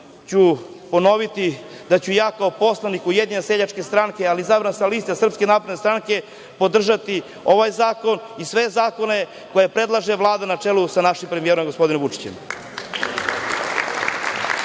ću ponoviti da ću ja kao poslanik Ujedinjene seljačke stranke, ali izabran sa liste SNS, podržati ovaj zakon i sve zakone koje predlaže Vlada, na čelu sa našim premijerom gospodinom Vučićem.